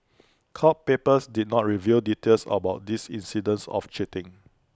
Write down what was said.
court papers did not reveal details about these incidents of cheating